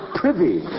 privy